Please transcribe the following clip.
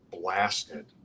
blasted